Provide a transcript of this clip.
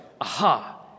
Aha